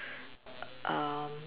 um